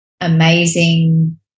amazing